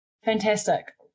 Fantastic